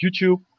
youtube